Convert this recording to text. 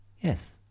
Yes